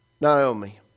Naomi